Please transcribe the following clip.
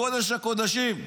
לקודש הקודשים,